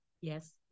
Yes